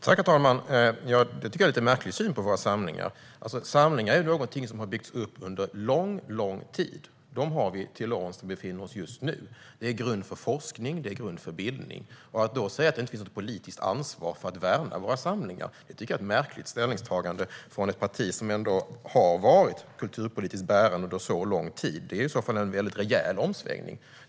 Herr talman! Detta tycker jag är en lite märklig syn på våra samlingar. Samlingar är något som har byggts upp under lång tid. Vi har dem till låns där vi befinner oss just nu. De utgör grund för forskning och bildning. Att då säga att det inte finns något politiskt ansvar för att värna våra samlingar tycker jag är ett märkligt ställningstagande från ett parti som ändå har varit kulturpolitiskt bärande under så lång tid. Det är i så fall en rejäl omsvängning.